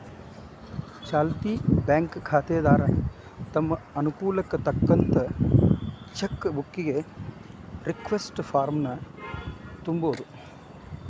ಚಾಲ್ತಿ ಬ್ಯಾಂಕ್ ಖಾತೆದಾರ ತಮ್ ಅನುಕೂಲಕ್ಕ್ ತಕ್ಕಂತ ಚೆಕ್ ಬುಕ್ಕಿಗಿ ರಿಕ್ವೆಸ್ಟ್ ಫಾರ್ಮ್ನ ತುಂಬೋದು